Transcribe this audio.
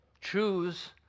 choose